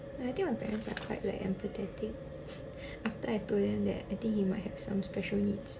ya I think my parents are quite like empathetic after I told them that I think he might have some special needs